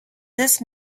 this